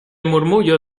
murmullo